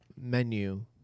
menu